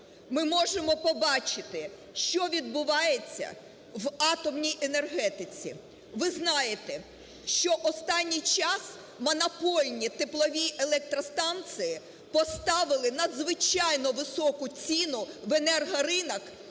ми можемо побачити, що відбувається в атомній енергетиці. Ви знаєте, що останній час монопольні теплові електростанції поставили надзвичайно високу ціну в енергоринок